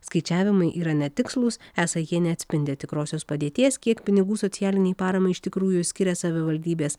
skaičiavimai yra netikslūs esą jie neatspindi tikrosios padėties kiek pinigų socialinei paramai iš tikrųjų skiria savivaldybės